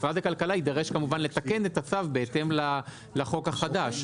משרד הכלכלה יידרש כמובן לתקן את הצו בהתאם לחוק החדש.